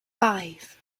five